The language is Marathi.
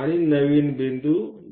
आणि नवीन बिंदू जोडा